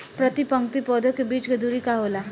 प्रति पंक्ति पौधे के बीच के दुरी का होला?